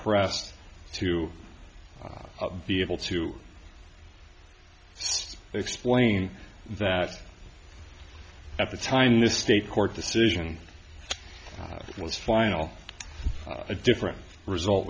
pressed to be able to explain that at the time the state court decision was final a different result